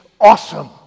awesome